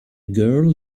girl